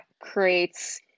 creates